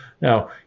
Now